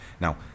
now